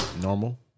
normal